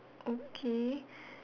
okay